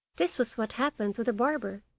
this was what happened to the barber,